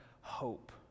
hope